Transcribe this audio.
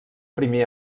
primer